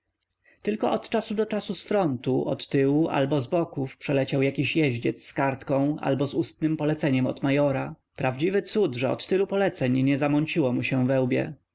tylko od czasu do czasu z frontu od tyłu albo z boków przyleciał jakiś jeździec z kartką albo z ustnem poleceniem do majora prawdziwy cud że od tylu poleceń nie zamąciło mu się we łbie